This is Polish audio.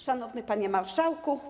Szanowny Panie Marszałku!